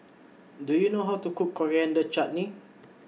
Do YOU know How to Cook Coriander Chutney